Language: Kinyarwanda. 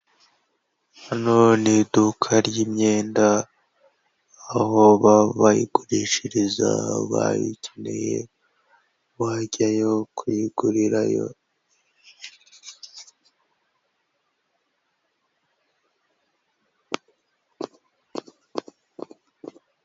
Hano ni iduka ryimyenda, aho baba bayigurishiriza bayikeneye wajyayo kuyigurirayo.